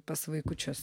pas vaikučius